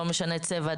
לא משנה צבע,